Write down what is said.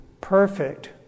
perfect